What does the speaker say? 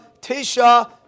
tisha